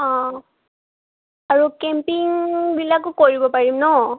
অঁ আৰু কেম্পিংবিলাকো কৰিব পাৰিম ন